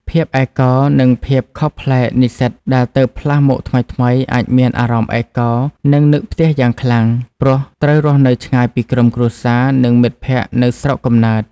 ភាពឯកកោ និងភាពខុសប្លែកនិស្សិតដែលទើបផ្លាស់មកថ្មីៗ អាចមានអារម្មណ៍ឯកកោ និងនឹកផ្ទះយ៉ាងខ្លាំង ព្រោះត្រូវរស់នៅឆ្ងាយពីក្រុមគ្រួសារ និងមិត្តភ័ក្តិនៅស្រុកកំណើត។